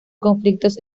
conflictos